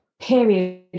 period